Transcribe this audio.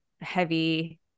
heavy